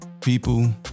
people